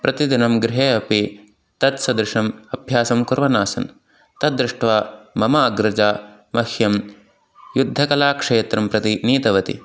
प्रतिदिनं गृहे अपि तत् सदृशम् अभ्यासं कुर्वन् आसन् तद् दृष्ट्वा मम अग्रजा मह्यं युद्धकलाक्षेत्रं प्रति नीतवती